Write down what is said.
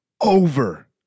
over